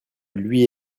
lui